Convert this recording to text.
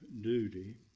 duty